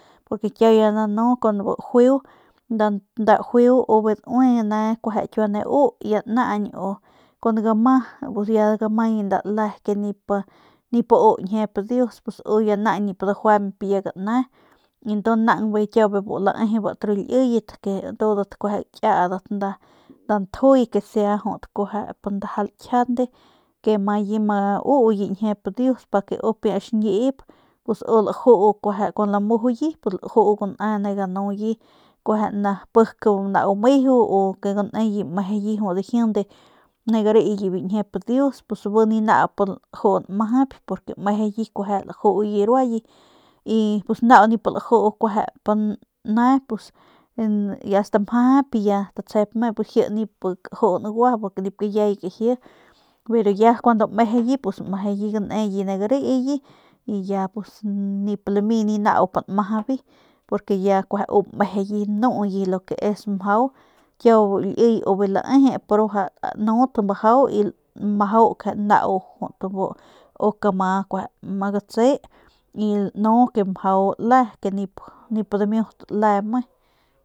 Porque kiau ya nanu kun bu juiu nda juiu u kueje bijiy daui ne kiua ne u y ya naañ kuandu gama pus ya gamaye kun nda le ke nip a u ñjiep dius u ya naañ nip dajuañp ya gane y tu kiau naang bijiy bu laejebat ru liyet ke ndudat kueje gakiadat nda ntjuy ke sea jut kueje ndaja lakjiande ke amaye uye ñjiep dius pa ke u pia xñip pus u laju kuajau lamujuye laju gune ganuye kueje pik nau meju u ke guneye mejeyi jut lajinde ne gariye biu ñjiep dius bi ninau laju nmajayp purke mejeyi lajuye ruaye y pus nau nip laju ne pus ya stamjajayp ya statsjep me per ji nip kaju ngua porque nip kabiay kaji bi ya kuandu mejeyi pus ya mejeyi guneye ne gareye ya pus nip lami ninau pi nmajaybe porque uye ya mejeyi nuye lo ke es mjau kiau bu liy u bijiy laejep ruaja lanut mjau y lamajau ke nau jut bu uk ama kueje ma gatse ke lanu ke mjau le ke nip damiut le me.